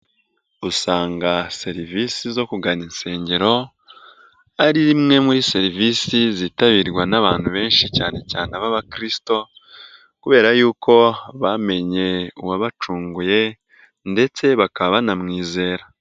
Usanga serivisi zo kugana insengero ari imwe muri serivisi zitabirwa n'abantu benshi cyane cyane a b'abakristo kubera y'uko bamenye uwabacunguye ndetse bakaba banamwizera.